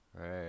Right